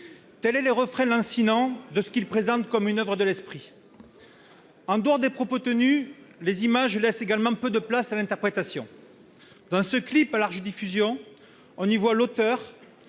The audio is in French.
Tel est le refrain lancinant de ce qu'il présente comme une oeuvre de l'esprit. Au-delà des propos tenus, les images laissent peu de place à l'interprétation. Dans ce clip, à large diffusion, on voit l'auteur,